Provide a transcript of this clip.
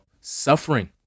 suffering